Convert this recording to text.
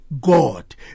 God